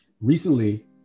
Recently